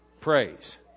praise